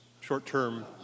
short-term